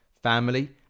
family